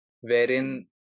wherein